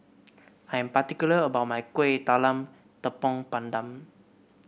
I'm particular about my Kueh Talam Tepong Pandan